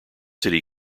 county